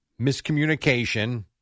Miscommunication